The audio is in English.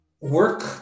work